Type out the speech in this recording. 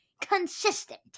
consistent